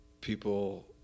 people